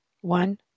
One